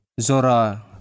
Zora